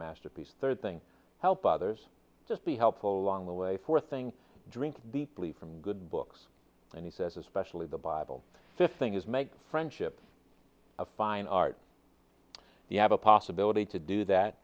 masterpiece third thing help others just be helpful on the way for thing drink deeply from good books and he says especially the bible thing is make friendship a fine art you have a possibility to do that